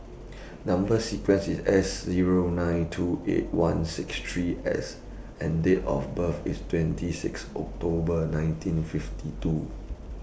Number sequence IS S Zero nine two eight one six three S and Date of birth IS twenty six October nineteen fifty two